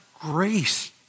grace